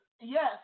yes